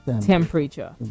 temperature